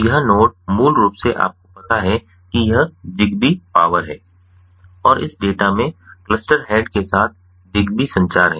तो यह नोड मूल रूप से आपको पता है कि यह जिग्बी पावर है और इस डेटा में क्लस्टर हेड के साथ जिग्बी संचार है